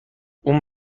اون